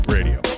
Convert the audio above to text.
Radio